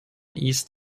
east